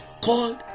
called